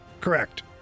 Correct